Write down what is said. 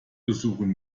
besuchen